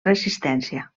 resistència